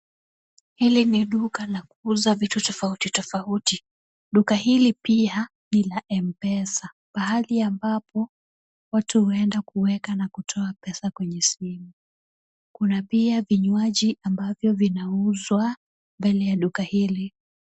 Hili ni duka la kuuza vitu tofauti tofauti. Duka hili pia ni la m-pesa, pahali ambapo watu huenda kuweka na kutoa pesa kwenye simu. Kuna pia vinywaji ambavyo vinauzwa mbele ya duka hili.